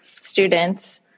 students